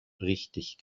richtig